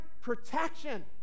protection